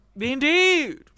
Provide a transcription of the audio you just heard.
Indeed